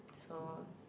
so